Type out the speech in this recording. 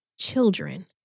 children